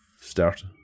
start